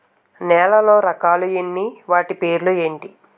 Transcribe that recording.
నేలలో రకాలు ఎన్ని వాటి పేర్లు ఏంటి?